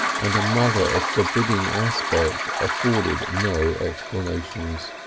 and a mother of forbidding aspect afforded no explanations.